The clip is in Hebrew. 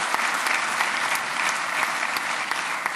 (מחיאות כפיים)